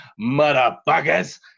motherfuckers